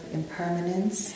impermanence